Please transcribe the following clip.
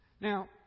Now